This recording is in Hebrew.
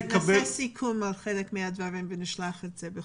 נעשה סיכום של חלק מהדברים ונשלח את זה בכתב.